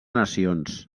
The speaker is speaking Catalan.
nacions